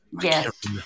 yes